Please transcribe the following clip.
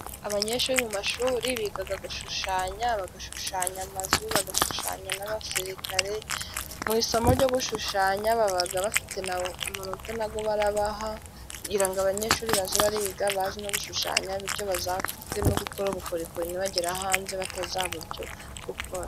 Abanyeshuri mu mashuri bigaga gushushanya, bagashushanya amazu, bagashushanya n'abasirikare. Mu isomo ryo gushushanya babaga bafite amanota nago barabaha kugira ngo abanyeshuri baje bariga bazi no gushushanya, bityo bazajye no gukora ubukorikori nibagera hanze batazabura icyo gukora.